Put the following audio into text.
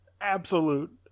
Absolute